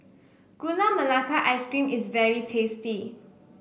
Gula Melaka Ice Cream is very tasty